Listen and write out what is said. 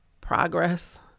progress